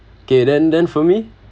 K then then for me